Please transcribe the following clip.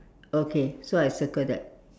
okay so I circle that